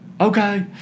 okay